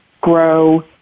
grow